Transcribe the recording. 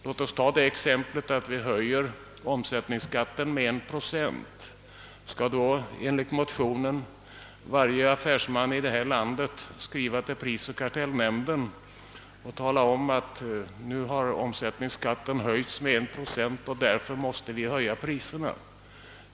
Låt mig ta exemplet att vi höjer omsättningsskatten med 1 procent. Då skulle enligt motionen varje affärsman i detta land skriva till prisoch kartellnämnden och tala om, att nu har omsättningsskatten höjts med 1 procent och därför måste priserna höjas.